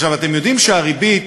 אתם יודעים שהריבית